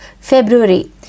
February